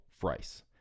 price